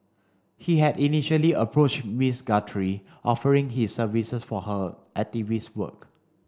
he had initially approached Ms Guthrie offering his services for her activist work